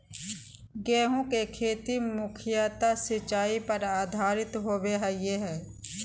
गेहूँ के खेती मुख्यत सिंचाई पर आधारित होबा हइ